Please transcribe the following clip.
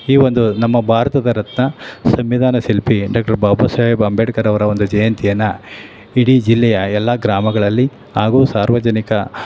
ಈ ಒಂದು ನಮ್ಮ ಭಾರತದ ರತ್ನ ಸಂವಿಧಾನ ಶಿಲ್ಪಿ ಡಾಕ್ಟರ್ ಬಾಬಾ ಸಾಹೇಬ್ ಅಂಬೇಡ್ಕರ್ ಅವರ ಒಂದು ಜಯಂತಿಯನ್ನು ಇಡೀ ಜಿಲ್ಲೆಯ ಎಲ್ಲ ಗ್ರಾಮಗಳಲ್ಲಿ ಹಾಗೂ ಸಾರ್ವಜನಿಕ